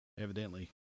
evidently